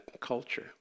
culture